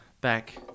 back